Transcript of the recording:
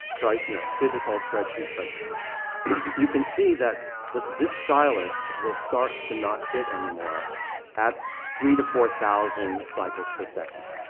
so i, you know, did this whole spreadsheet, but you can see that this this stylus will start to not fit anymore at three to four thousand cycles per second.